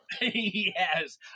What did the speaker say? Yes